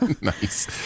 Nice